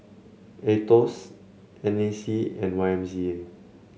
Aetos N A C and Y M C A